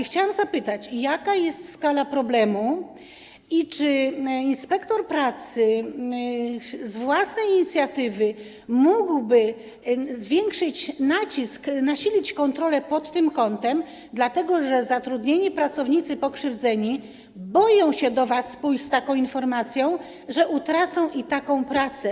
Chciałam zapytać, jaka jest skala problemu i czy inspektor pracy z własnej inicjatywy mógłby zwiększyć nacisk, nasilić kontrole pod tym kątem, dlatego że zatrudnieni pracownicy pokrzywdzeni boją się do was pójść z taką informacją, boją się, że utracą i taką pracę.